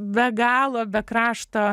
be galo be krašto